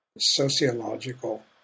sociological